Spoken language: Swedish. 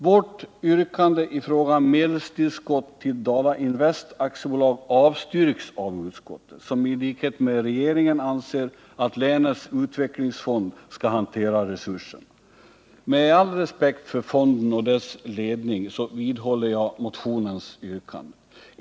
Vårt yrkande i fråga om medelstillskott till Dala Invest AB avstyrks av utskottet, som i likhet med regeringen anser att länets utvecklingsfond skall hantera resurserna. Med all respekt för fonden och dess ledning vidhåller jag motionens yrkande.